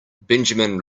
benjamin